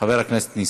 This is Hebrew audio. חבר הכנסת ניסן.